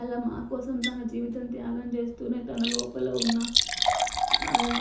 అలా మాకోసం తన జీవితం త్యాగం చేస్తూనే తన లోపల ఉన్న